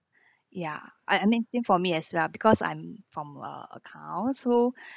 ya I I mean think for me as well because I'm from uh accounts so